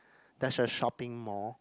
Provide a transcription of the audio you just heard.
there's a shopping mall